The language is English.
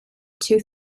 two